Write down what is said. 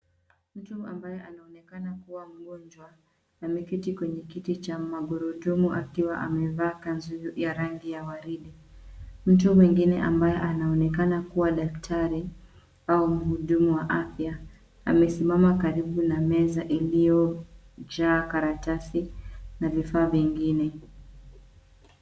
Mtu ambaye anaonekana kuwa mgonjwa ameketi kwenye kiti cha magurudumu akiwa amevaa kanzu ya rangi ya waridi. Mtu mwingine ambaye anaonekana kuwa daktari au mhudumu wa afya, amesimama karibu na meza iliyojaa karatasi na vifaa vingine.